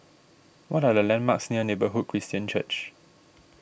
what are the landmarks near Neighbourhood Christian Church